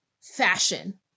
fashion